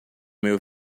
meu